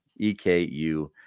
EKU